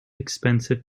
expensive